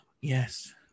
yes